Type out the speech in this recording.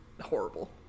horrible